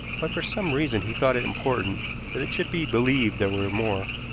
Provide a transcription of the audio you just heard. but for some reason he thought it important that it should be believed there were more.